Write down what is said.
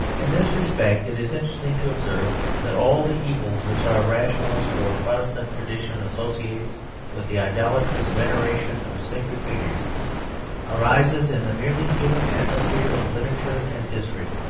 in this respect it is interesting to observe that all the evils which our rationalist or protestant tradition associates with the idolatrous veneration of sacred figures arises in the merely human atmosphere of literature and history.